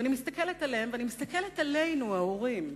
ואני מסתכלת עליהם ואני מסתכלת עלינו ההורים,